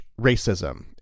racism